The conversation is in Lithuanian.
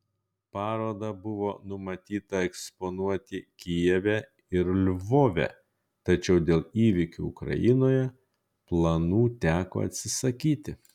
parodą buvo numatyta eksponuoti kijeve ir lvove tačiau dėl įvykių ukrainoje planų teko atsisakyti